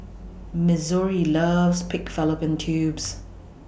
Missouri loves Pig Fallopian Tubes